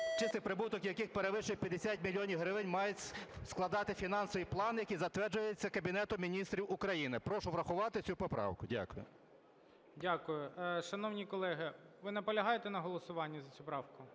чистий прибуток яких перевищує 50 мільйонів гривень, мають складати фінансовий план, який затверджується Кабінетом Міністрів України. Прошу врахувати цю поправку. Дякую. ГОЛОВУЮЧИЙ. Дякую. Шановні колеги, ви наполягаєте на голосуванні за цю правку?